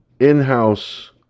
in-house